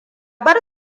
bar